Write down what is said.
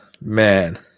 man